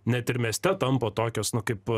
net ir mieste tampa tokios kaip